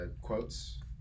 quotes